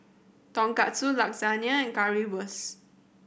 Tonkatsu Lasagne and Currywurst